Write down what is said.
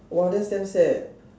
!wah! that's damn sad